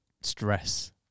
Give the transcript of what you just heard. stress